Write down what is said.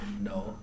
No